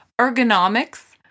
ergonomics